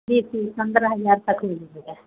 तीस पंद्रह हज़ार तक मिलति है